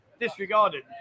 Disregarded